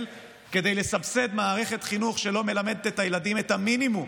כדי לסבסד מערכת חינוך שלא מלמדת את הילדים את המינימום,